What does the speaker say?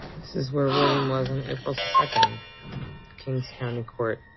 this is where william was on april second kings county court.